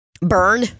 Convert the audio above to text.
Burn